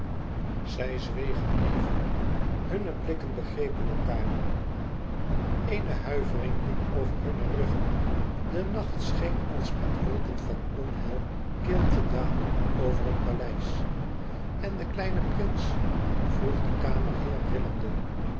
zij zwegen even hunne blikken begrepen elkaâr eene huivering liep over hunne ruggen de nacht scheen als met wolken van onheil kil te dalen over het paleis en de kleine prins vroeg de